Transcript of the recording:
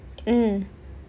mm